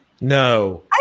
No